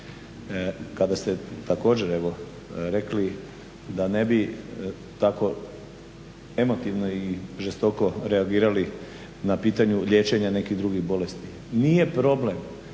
kada ste također evo rekli da ne bi tako emotivno i žestoko reagirali na pitanju liječenja nekih drugih bolesti. Nije problem